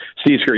Steve